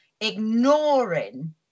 ignoring